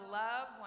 love